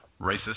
Racist